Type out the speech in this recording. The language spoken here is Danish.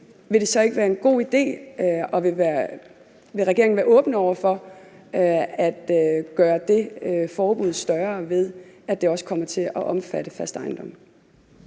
vil det så ikke være en god idé, og vil regeringen være åben over for at gøre det forbud større, ved at det også kommer til at omfatte fast ejendom?